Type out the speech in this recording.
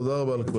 תודה רבה לכולם.